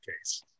case